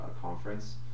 conference